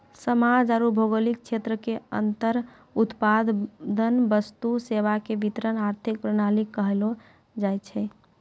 समाज आरू भौगोलिक क्षेत्र के अन्दर उत्पादन वस्तु सेवा के वितरण आर्थिक प्रणाली कहलो जायछै